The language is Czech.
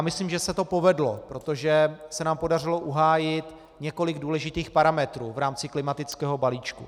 Myslím, že se to povedlo, protože se nám podařilo uhájit několik důležitých parametrů v rámci klimatického balíčku.